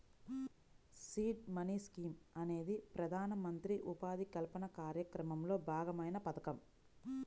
seed money scheme అనేది ప్రధానమంత్రి ఉపాధి కల్పన కార్యక్రమంలో భాగమైన పథకం